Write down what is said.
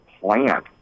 plant